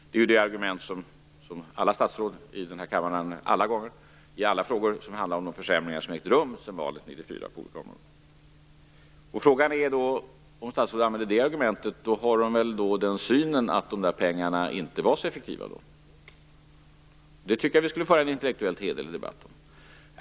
Detta är det argument som alla statsråd använder i den här kammaren i alla frågor som handlar om de försämringar som har ägt rum på olika områden sedan valet 1994. Om statsrådet använder det argumentet betyder väl det att hon inte anser att de pengarna var så effektiva. Det tycker jag vi skulle föra en intellektuellt hederlig debatt om.